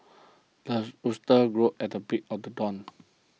the rooster crows at the break of the dawn